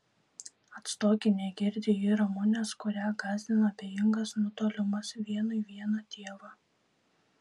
atstoki negirdi ji ramunės kurią gąsdina abejingas nutolimas vienui vieną tėvą